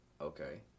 okay